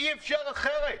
אי אפשר אחרת.